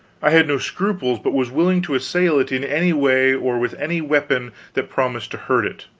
i had no scruples, but was willing to assail it in any way or with any weapon that promised to hurt it.